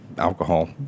alcohol